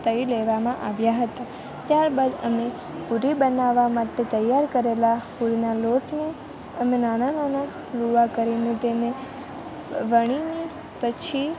તળી લેવામાં આવ્યા હતા ત્યાર બાદ અમે પૂરી બનાવવા માટે તૈયાર કરેલા પૂરીના લોટને અમે નાના નાના લૂઆ કરીને તેને વણીને પછી